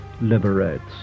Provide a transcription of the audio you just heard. liberates